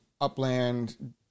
Upland